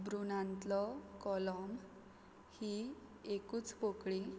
भ्रुणांतलो column ही एकूच पोकळी